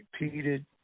repeated